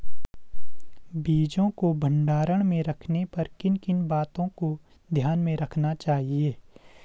बीजों को भंडारण में रखने पर किन किन बातों को ध्यान में रखना चाहिए?